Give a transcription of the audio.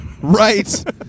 Right